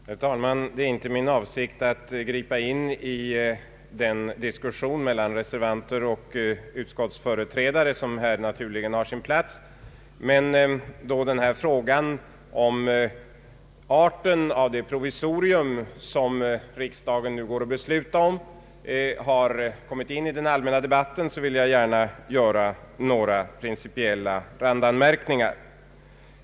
Herr talman! Det är inte min avsikt att gripa in i den diskussion mellan reservanter och utskottsföreträdare som naturligen har sin plats här, men då dessa frågor om arten av det provisorium riksdagen nu går att besluta om har kommit in i den allmänna debatten, vill jag gärna göra några principiella randanmärkningar.